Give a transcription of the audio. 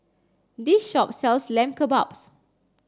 this shop sells Lamb Kebabs